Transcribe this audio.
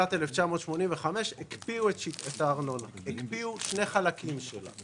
בשנת 1985 הקפיאו שני חלקים של הארנונה: